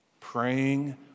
praying